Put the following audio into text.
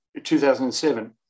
2007